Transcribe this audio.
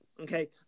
okay